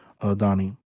Donnie